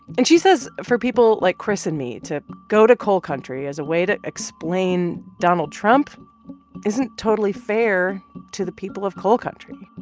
and she says for people like chris and me to go to coal country as a way to explain donald trump isn't totally fair to the people of coal country.